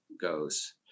goes